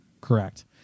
Correct